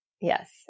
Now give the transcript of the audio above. Yes